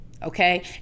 Okay